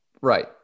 Right